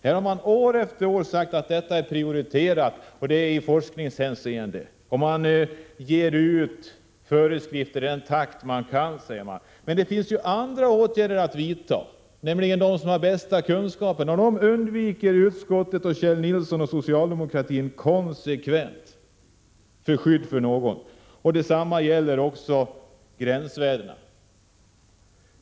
Man har år efter år sagt att dessa frågor är prioriterade i forskningshänseende och att man ger ut föreskrifter i den takt man kan. Men det finns andra åtgärder att vidta. Man kan nämligen låta den som har den bästa kunskapen bestämma, och de frågorna undviker utskottet, socialdemokratin och Kjell Nilsson konsekvent — till skydd för vem? Detsamma gäller gränsvärdena.